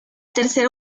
tercer